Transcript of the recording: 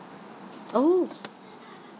oh